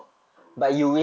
oh